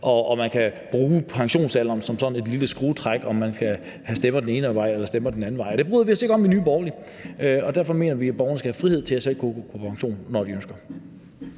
og man kan bruge pensionsalderen som sådan en lille skruestik, og man kan have stemmer den ene vej eller stemmer den anden vej. Det bryder vi os ikke om i Nye Borgerlige, og derfor mener vi, at borgerne skal have frihed til selv at kunne gå på pension, når de ønsker